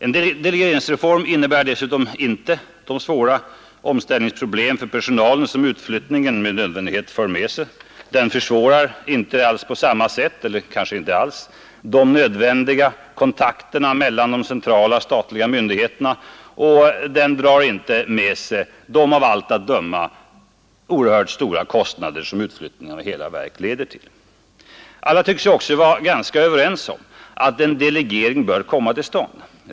En delegeringsreform innebär dessutom inte de svåra omställningsproblem för personalen som utflyttningen med nödvändighet för med sig, den försvårar inte på samma sätt — eller kanske inte alls — de nödvändiga kontakterna mellan de centrala statliga myndigheterna, och den drar inte med sig de av allt att döma oerhört stora kostnader som utflyttning av hela verk leder till. Alla tycks ju också vara ganska överens om att en delegering bör komma till stånd.